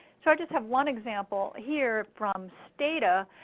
so i just have one example here from stata,